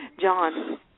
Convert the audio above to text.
John